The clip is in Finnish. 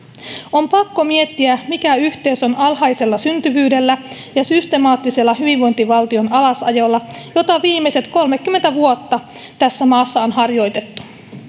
on pakko miettiä mikä yhteys on alhaisella syntyvyydellä ja systemaattisella hyvinvointivaltion alasajolla jota viimeiset kolmekymmentä vuotta tässä maassa on harjoitettu